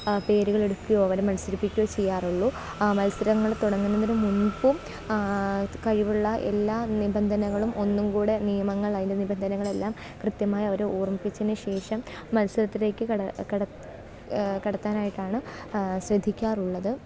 പേരുകളെടുക്കുകയോ അവരെ മത്സരിപ്പിക്കുകയോ ചെയ്യാറുള്ളു ആ മത്സരങ്ങൾ തുടങ്ങുന്നതിന് മുന്പും കഴിവുള്ള എല്ലാ നിബന്ധനകളും ഒന്നും കൂടെ നിയമങ്ങൾ അതിൻ്റെ നിബന്ധനകളെല്ലാം കൃത്യമായി അവരെ ഓര്മിപ്പിച്ചതിന് ശേഷം മത്സരത്തിലേക്ക് കടക്കുക കടത്താനായിട്ടാണ് ശ്രദ്ധിക്കാറുള്ളത്